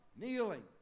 kneeling